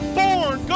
born